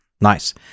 Nice